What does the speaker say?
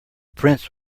prince